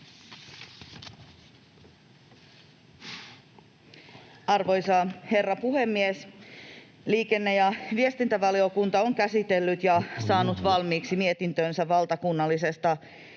Arvoisa herra puhemies! Liikenne- ja viestintävaliokunta on käsitellyt ja saanut valmiiksi mietintönsä valtakunnallisesta